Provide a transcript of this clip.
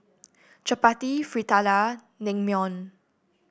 Chapati Fritada Naengmyeon